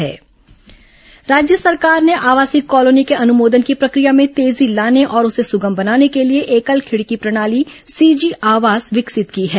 एकल खिडकी प्रणाली राज्य सरकार ने आवासीय कॉलोनी के अनुमोदन की प्रक्रिया में तेजी लाने और उसे सुगम बनाने के लिए एकल खिडकी प्रणाली सीजी आवास विकसित किया है